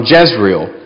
Jezreel